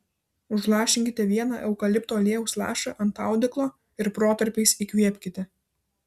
užlašinkite vieną eukalipto aliejaus lašą ant audeklo ir protarpiais įkvėpkite